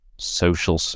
social